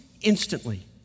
instantly